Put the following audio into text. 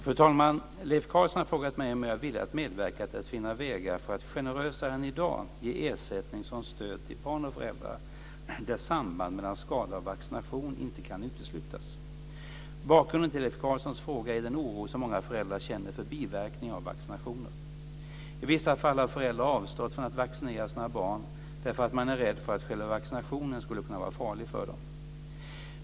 Fru talman! Leif Carlson har frågat mig om jag är villig att medverka till att finna vägar för att generösare än i dag ge ersättning som stöd till barn och föräldrar där samband mellan skada och vaccination inte kan uteslutas. Bakgrunden till Leif Carlsons fråga är den oro som många föräldrar känner för biverkningar av vaccinationer. I vissa fall har föräldrar avstått från att vaccinera sina barn därför att de är rädda för att själva vaccinationen ska kunna vara farlig för dem.